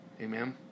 Amen